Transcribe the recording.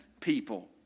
people